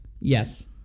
Yes